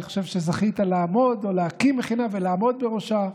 אני חושב שזכית להקים מכינה ולעמוד בראשה.